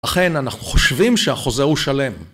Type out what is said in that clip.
אכן, אנחנו חושבים שהחוזה הוא שלם.